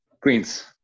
Queens